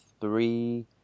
three